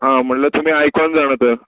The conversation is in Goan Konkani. आ म्हळ्या तुमी आयकोन जाणा तर